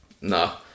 No